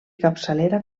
capçalera